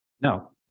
No